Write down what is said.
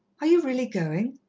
are you really going?